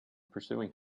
pursuing